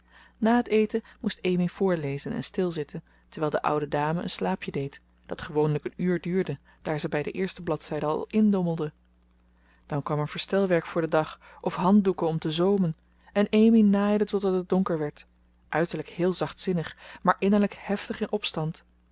na het eten moest amy voorlezen en stil zitten terwijl de oude dame een slaapje deed dat gewoonlijk een uur duurde daar ze bij de eerste bladzijde al indommelde dan kwam er verstelwerk voor den dag of handdoeken om te zoomen en amy naaide totdat het donker werd uiterlijk heel zachtzinnig maar innerlijk heftig in opstand